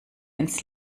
ins